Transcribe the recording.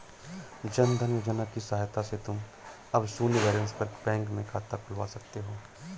जन धन योजना की सहायता से तुम अब शून्य बैलेंस पर बैंक में खाता खुलवा सकते हो